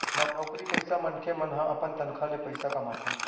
नउकरी पइसा मनसे मन ह अपन तनखा ले पइसा कमाथे